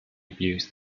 abuse